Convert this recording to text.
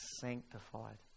sanctified